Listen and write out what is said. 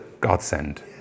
godsend